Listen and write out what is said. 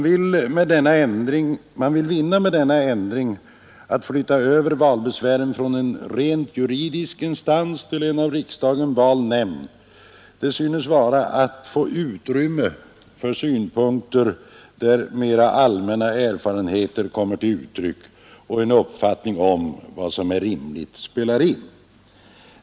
Vad man vill vinna med denna ändring — att flytta över valbesvären från en rent juridisk instans till en av riksdagen vald nämnd — synes vara att få utrymme för synpunkter, där mera allmänna erfarenheter kommer till uttryck och där en uppfattning om vad som är rimligt spelar in.